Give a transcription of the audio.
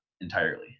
entirely